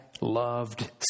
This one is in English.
loved